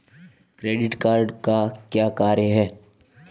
Credit card का क्या कार्य है?